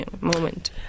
moment